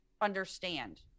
understand